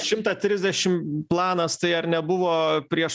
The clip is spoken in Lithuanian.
šimtą trisdešim planas tai ar nebuvo prieš